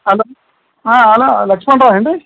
hello ಹಾಂ hello Lakshman Rao ಏನ್ರೀ